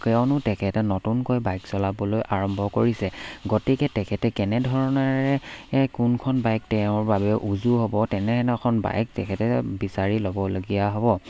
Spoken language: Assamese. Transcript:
কিয়নো তেখেতে নতুনকৈ বাইক চলাবলৈ আৰম্ভ কৰিছে গতিকে তেখেতে কেনেধৰণেৰে কোনখন বাইক তেওঁৰ বাবে উজু হ'ব তেনে এখন বাইক তেখেতে বিচাৰি ল'বলগীয়া হ'ব